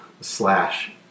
slash